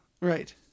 Right